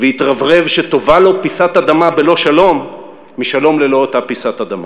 והתרברב שטובה לו פיסת אדמה בלא שלום משלום ללא אותה פיסת אדמה.